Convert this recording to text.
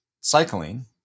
cycling